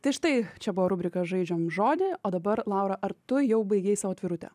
tai štai čia buvo rubrika žaidžiam žodį o dabar laura ar tu jau baigei savo atvirutę